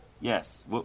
Yes